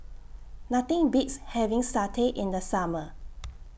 Nothing Beats having Satay in The Summer